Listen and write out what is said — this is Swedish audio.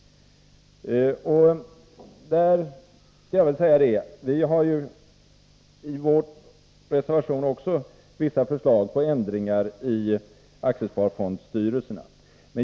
I vår reservation har vi vissa förslag om ändringar i aktiesparfondernas styrelser.